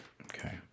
Okay